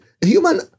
human